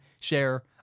share